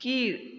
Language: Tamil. கீழ்